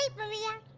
ah maria.